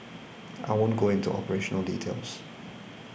I won't go into operational details